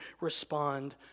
respond